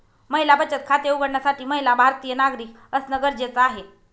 महिला बचत खाते उघडण्यासाठी महिला भारतीय नागरिक असणं गरजेच आहे